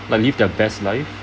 like live their best lives